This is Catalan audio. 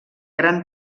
gran